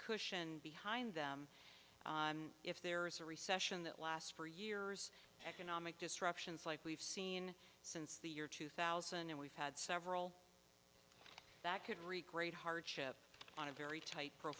cushion behind them if there is a recession that lasts for years economic disruptions like we've seen since the year two thousand and we've had several that could require a hardship on a very tight pro